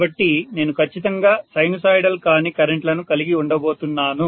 కాబట్టి నేను ఖచ్చితంగా సైనుసోయిడల్ కాని కరెంట్ లను కలిగి ఉండబోతున్నాను